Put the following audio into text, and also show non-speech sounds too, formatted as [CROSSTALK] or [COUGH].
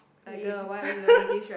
lame [LAUGHS]